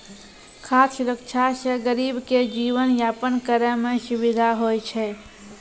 खाद सुरक्षा से गरीब के जीवन यापन करै मे सुविधा होय छै